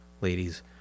ladies